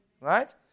right